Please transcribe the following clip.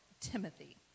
Timothy